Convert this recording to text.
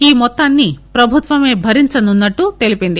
ఈ మొత్తాన్పి ప్రభుత్వమే భరించనున్నట్లు తెలిపింది